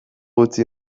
utzi